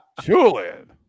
Julian